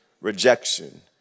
rejection